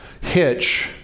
hitch